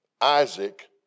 Isaac